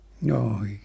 No